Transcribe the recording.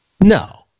No